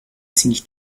ziemlich